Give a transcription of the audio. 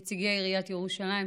נציגי עיריית ירושלים,